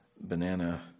banana